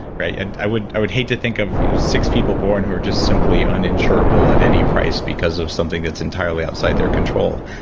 yeah i would i would hate to think of six people born who are just simply uninsurable at any price because of something that's entirely outside their control.